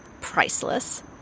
Priceless